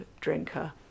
drinker